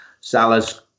Salas